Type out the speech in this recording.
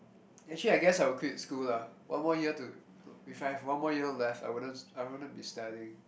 actually I guess I would quit school lah one more year to if I had one more year left I wouldn't I wouldn't be studying